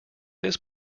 this